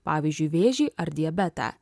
pavyzdžiui vėžį ar diabetą